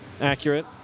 accurate